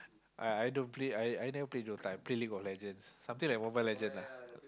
I I don't Play I I never play D_O_T_A I play League of Legends something like Mobile Legends lah